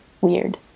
weird